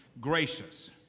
gracious